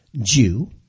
Jew